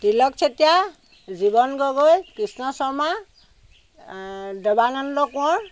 Tilak Chetia Jiban Gogoi Krishna Sharma Dabananda Konwar